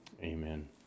amen